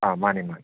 ꯑꯥ ꯃꯥꯅꯦ ꯃꯥꯅꯦ